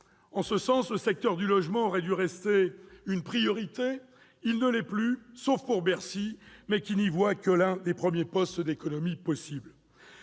En ce sens, le secteur du logement aurait dû rester une priorité. Il ne l'est plus, sauf pour Bercy, mais qui n'y voit que l'un des premiers postes d'économies possibles.